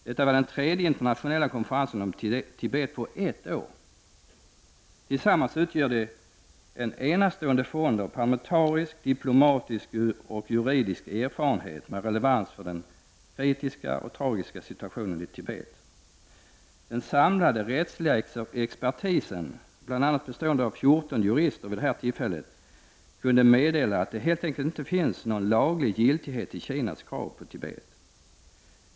Detta var den tredje internationella konferensen om Tibet på ett år. Tillsammans utgör de en enastående fond av parlamentarisk, diplomatisk och juridisk erfarenhet med relevans för den kritiska och tragiska situationen i Tibet. Den samlade rättsliga expertisen, bl.a. bestående av fjorton jurister, kunde vid det här tillfället meddela att det helt enkelt inte finns någon laglig giltighet för Kinas krav på Tibet.